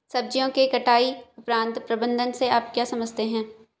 सब्जियों के कटाई उपरांत प्रबंधन से आप क्या समझते हैं?